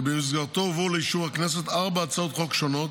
שבמסגרתו הובאו לאישור הכנסת ארבע הצעות חוק שונות,